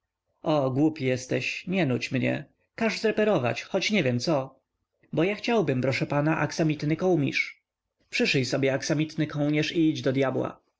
o głupi jesteś nie nudź mnie każ zreperować choć nie wiem co bo ja chciałbym proszę pana akszamitny kołmirz przyszyj sobie aksamitny kołnierz i idź do dyabła